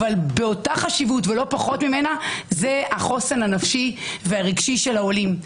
אבל באותה חשיבות ולא פחות ממנה זה החוסן הנפשי והרגשי של העולים.